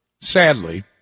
sadly